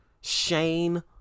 Shane